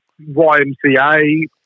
YMCA